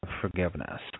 forgiveness